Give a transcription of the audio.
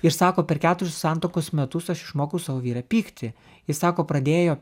ir sako per keturis santuokos metus aš išmokiau savo vyrą pyktį jis sako pradėjo